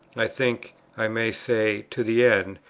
i think i may say, to the end.